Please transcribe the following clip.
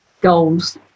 goals